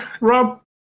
Rob